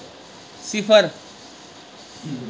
सिफर